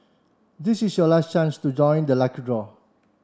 this is your last chance to join the lucky draw